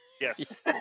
Yes